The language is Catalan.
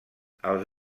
els